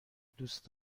دوست